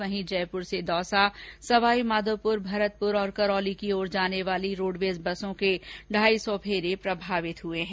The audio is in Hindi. वहीं जयपूर से दौसा सवाईमाधोपूर भरतपूर करौली की ओर जाने वाली रोडवेज बसों के ढाई सौ फेरे प्रभावित हुए है